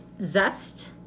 zest